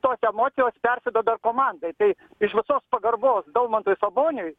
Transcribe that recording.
tos emocijos persiduoda ir komandai tai iš visos pagarbos daumantui saboniui